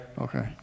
Okay